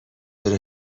چرا